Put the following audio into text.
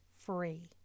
free